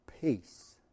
peace